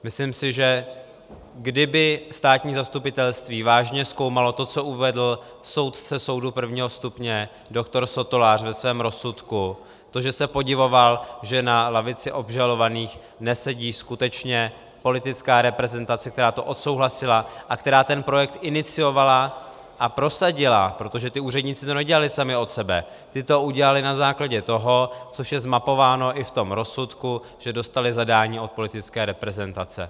Myslím si, že kdyby státní zastupitelství vážně zkoumalo to, co uvedl soudce soudu prvního stupně doktor Sotolář ve svém rozsudku, to, že se podivoval, že na lavici obžalovaných nesedí skutečně politická reprezentace, která to odsouhlasila a která ten projekt iniciovala a prosadila, protože ti úředníci to neudělali sami od sebe, ti to udělali na základě toho, což je zmapováno i v rozsudku, že dostali zadání od politické reprezentace.